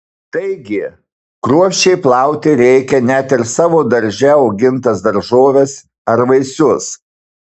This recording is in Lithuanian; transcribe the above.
taigi kruopščiai plauti reikia net ir savo darže augintas daržoves ar vaisius